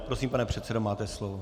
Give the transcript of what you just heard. Prosím, pane předsedo, máte slovo.